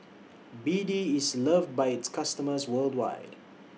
B D IS loved By its customers worldwide